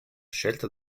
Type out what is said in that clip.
scelta